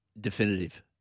definitive